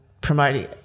promoting